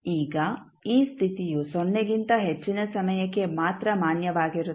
ಈಗ ಈ ಸ್ಥಿತಿಯು ಸೊನ್ನೆಗಿಂತ ಹೆಚ್ಚಿನ ಸಮಯಕ್ಕೆ ಮಾತ್ರ ಮಾನ್ಯವಾಗಿರುತ್ತದೆ